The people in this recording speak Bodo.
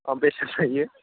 अ बेसे लायो